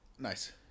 Nice